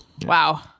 Wow